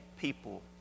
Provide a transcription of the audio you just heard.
people